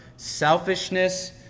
selfishness